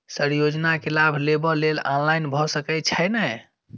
Sir योजना केँ लाभ लेबऽ लेल ऑनलाइन भऽ सकै छै नै?